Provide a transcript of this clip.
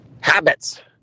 Habits